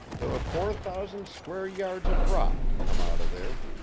there are four thousand square yards of rock to come out of there,